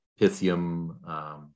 Pythium